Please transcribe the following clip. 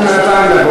אנחנו בינתיים נעבור,